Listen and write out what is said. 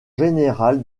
général